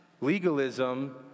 Legalism